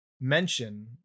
mention